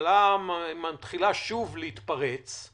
המחלה מתחילה שוב להתפרץ.